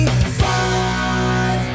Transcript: Five